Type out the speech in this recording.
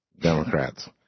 Democrats